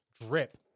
Drip